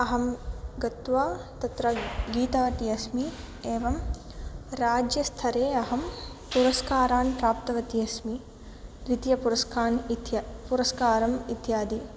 अहं गत्वा तत्र गीतवती अस्मि एवं राज्यस्थरे अहं पुरस्कारान् प्राप्तवती अस्मि तृतीय पुरस्कान् इत्य् पुरस्कारम् इत्यादि